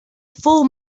full